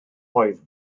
oedd